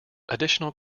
additional